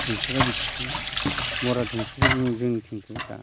मरा दोंसो बुङो जोंनिथिं दा